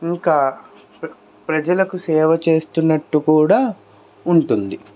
ఇంకా ప్ర ప్రజలకు సేవ చేస్తున్నట్టు కూడా ఉంటుంది